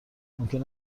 ممکن